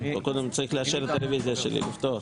צריך להגיד את זה וזהו, בדיוק.